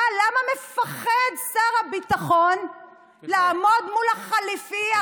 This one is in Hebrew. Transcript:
למה מפחד שר הביטחון לעמוד מול החליפי,